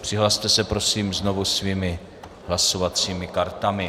Přihlaste se prosím svými hlasovacími kartami.